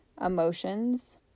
emotions